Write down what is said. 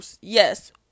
Yes